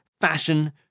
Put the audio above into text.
fashion